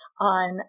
on